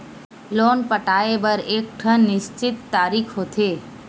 loan पटाए बर एकठन निस्चित तारीख होथे